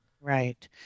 Right